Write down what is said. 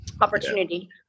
opportunity